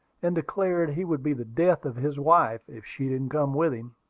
and declared he would be the death of his wife if she didn't come with him.